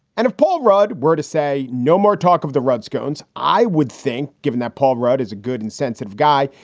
and if paul rudd were to say no more talk of the redskins, i would think, given that paul rudd is a good and sensitive guy.